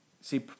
see